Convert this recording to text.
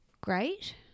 great